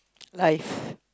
life